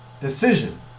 decision